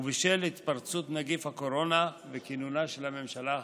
ובשל התפרצות נגיף הקורונה וכינונה של הממשלה החדשה,